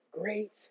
great